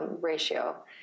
ratio